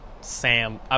Sam